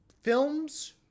films